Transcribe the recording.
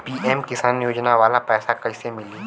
PM Kisan योजना वाला पैसा कईसे मिली?